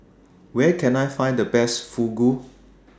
Where Can I Find The Best Fugu